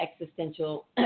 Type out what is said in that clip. existential